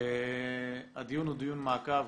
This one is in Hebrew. הדיון הוא דיון מעקב,